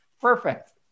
Perfect